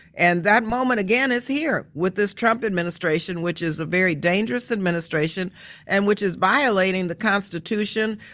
and that moment again is here with this trump administration, which is a very dangerous administration and which is violating the constitution,